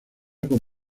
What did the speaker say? con